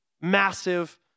massive